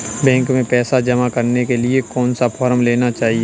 Bank में पैसा जमा करने के लिए कौन सा फॉर्म लेना है?